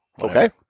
Okay